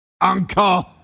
uncle